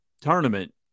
tournament